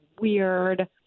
weird